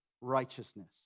righteousness